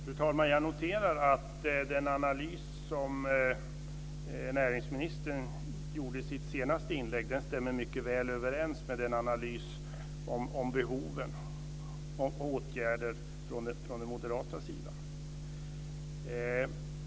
Fru talman! Jag noterar att den analys som näringsministern gjorde i sitt senaste inlägg mycket väl stämmer överens med den analys av behoven av åtgärder som har gjorts från den moderata sidan.